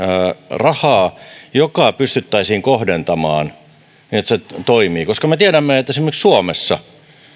joka pystyttäisiin kohdentamaan niin että se toimii koska me tiedämme että esimerkiksi suomessa